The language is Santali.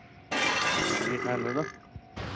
ᱟᱨ ᱢᱟᱹᱡᱷᱤ ᱛᱷᱟᱱ ᱨᱮᱫᱚ